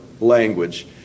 language